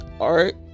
art